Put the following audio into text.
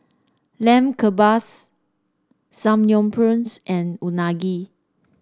Lamb Kebabs Samgyeopsal and Unagi